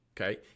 okay